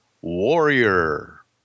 warrior